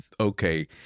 okay